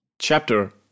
chapter